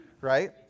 right